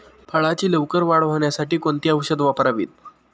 फळाची लवकर वाढ होण्यासाठी कोणती औषधे वापरावीत?